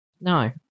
no